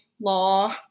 law